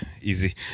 easy